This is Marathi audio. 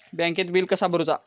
बँकेत बिल कसा भरुचा?